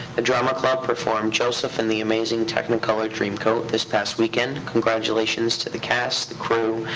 the drama club performed joseph and the amazing technicolor dreamcoat this past weekend. congratulations to the cast, the crew,